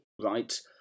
right